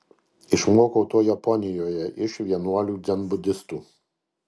išmokau to japonijoje iš vienuolių dzenbudistų